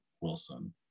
Wilson